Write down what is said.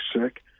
sick